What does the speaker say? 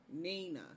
Nina